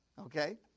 Okay